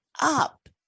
up